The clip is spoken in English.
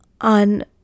on